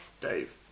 Dave